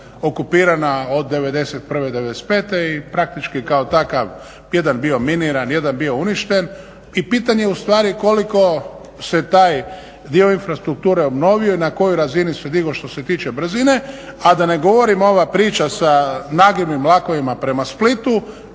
okupirana od '91. do '95. i praktički je kao takav jedan bio miniran, jedan bio uništen i pitanje je u stvari koliko se taj dio infrastrukture obnovio i na kojoj razini se digo što se tiče brzine, a da ne govorim ova priča sa nagibnim vlakovima prema Splitu